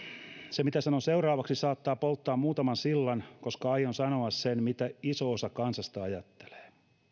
se mitä sanon seuraavaksi saattaa polttaa muutaman sillan koska aion sanoa sen mitä iso osa kansasta ajattelee